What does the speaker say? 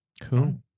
Cool